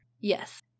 Yes